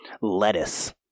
lettuce